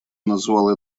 назвал